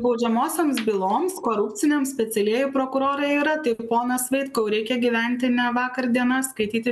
baudžiamosioms byloms korupciniam specialieji prokurorai yra tik ponas vaitkau reikia gyventi ne vakar diena skaityti